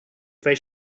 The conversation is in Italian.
fai